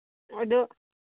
ꯑꯗꯨ